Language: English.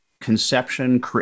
conception